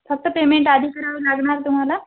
फक्त पेमेंट आधी करावं लागणार तुम्हाला